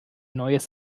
neues